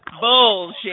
Bullshit